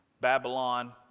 Babylon